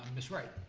ms. wright?